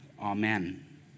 amen